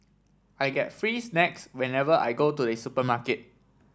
I get free snacks whenever I go to the supermarket